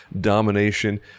domination